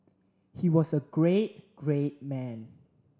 he was a great great man